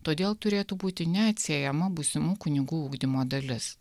todėl turėtų būti neatsiejama būsimų kunigų ugdymo dalis